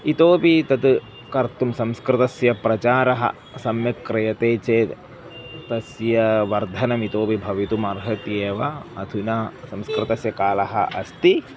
इतोपि तत् कर्तुं संस्कृतस्य प्रचारः सम्यक् क्रियते चेत् तस्य वर्धनम् इतोपि भवितुम् अर्हति एव अधुना संस्कृतस्य कालः अस्ति